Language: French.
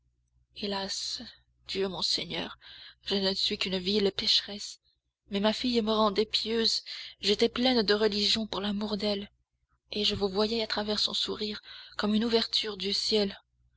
hélas dieu mon seigneur je ne suis qu'une vile pécheresse mais ma fille me rendait pieuse j'étais pleine de religion pour l'amour d'elle et je vous voyais à travers son sourire comme par une ouverture du ciel